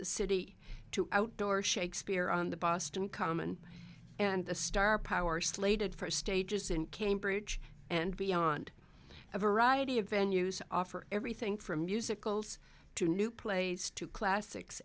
the city to outdoor shakespeare on the boston common and the star power slated for stages in cambridge and beyond a variety of venues offer everything from musicals to new plays to classics